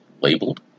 labeled